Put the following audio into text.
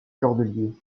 cordeliers